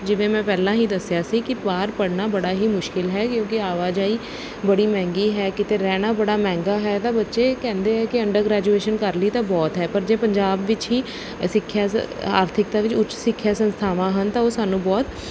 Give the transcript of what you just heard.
ਜਿਵੇਂ ਮੈਂ ਪਹਿਲਾਂ ਹੀ ਦੱਸਿਆ ਸੀ ਕਿ ਬਾਹਰ ਪੜ੍ਹਨਾ ਬੜਾ ਹੀ ਮੁਸ਼ਕਿਲ ਹੈ ਕਿਉਂਕਿ ਆਵਾਜਾਈ ਬੜੀ ਮਹਿੰਗੀ ਹੈ ਕਿਤੇ ਰਹਿਣਾ ਬੜਾ ਮਹਿੰਗਾ ਹੈ ਤਾਂ ਬੱਚੇ ਇਹ ਕਹਿੰਦੇ ਆ ਕਿ ਗ੍ਰੈਜੂਏਸ਼ਨ ਕਰ ਲਈ ਤਾਂ ਬਹੁਤ ਹੈ ਪਰ ਜੇ ਪੰਜਾਬ ਵਿੱਚ ਹੀ ਸਿੱਖਿਆ ਆਰਥਿਕਤਾ ਵਿੱਚ ਉੱਚ ਸਿੱਖਿਆ ਸੰਸਥਾਵਾਂ ਹਨ ਤਾਂ ਉਹ ਸਾਨੂੰ ਬਹੁਤ